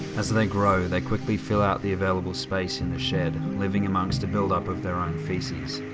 as they grow, they quickly fill out the available space in the shed, living amongst a buildup of their own faeces.